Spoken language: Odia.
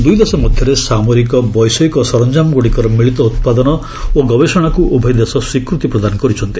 ଦୁଇଦେଶ ମଧ୍ୟରେ ସାମରିକ ବୈଷୟିକ ସରଞ୍ଜାମଗୁଡ଼ିକର ମିଳିତ ଉତ୍ପାଦନ ଓ ଗବେଷଣାକୁ ଉଭୟ ଦେଶ ସ୍ୱୀକୃତି ପ୍ରଦାନ କରିଛନ୍ତି